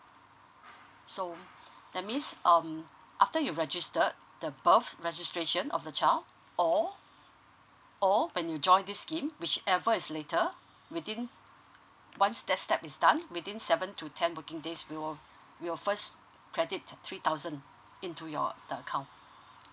so that means um after you registered the birth registration of the child or or when you join this scheme whichever is later within once that step is done within seven to ten working days we'll first credit three thousand into your the account